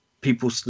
people